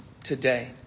Today